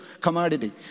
commodity